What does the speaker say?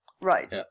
Right